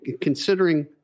considering